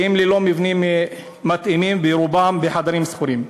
שהם ללא מבנים מתאימים ורובם בחדרים שכורים.